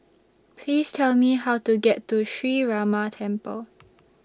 Please Tell Me How to get to Sree Ramar Temple